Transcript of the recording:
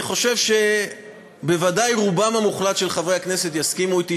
אני חושב שבוודאי רובם המוחלט של חברי הכנסת יסכימו אתי